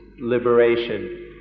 liberation